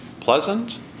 Pleasant